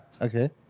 okay